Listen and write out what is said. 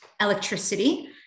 electricity